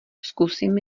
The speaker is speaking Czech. zkusím